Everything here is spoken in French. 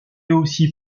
aussi